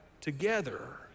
together